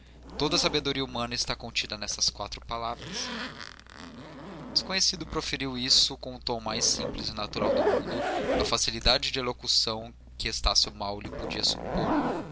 toda a sabedoria humana está contida nestas quatro palavras o desconhecido proferiu isto com o tom mais simples e natural do mundo e uma facilidade de elocução que estácio mal lhe podia supor